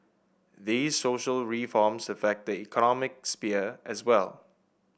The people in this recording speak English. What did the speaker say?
these social reforms affect the economic sphere as well